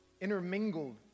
intermingled